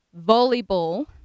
volleyball